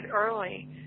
early